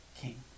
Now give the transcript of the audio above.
king